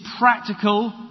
practical